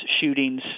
shootings